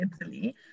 Italy